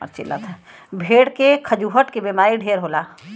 भेड़ के खजुहट के बेमारी ढेर होला